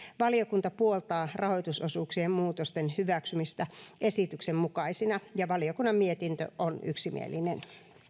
valiokunta puoltaa rahoitusosuuksien muutosten hyväksymistä esityksen mukaisina valiokunnan mietintö on yksimielinen